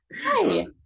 Hi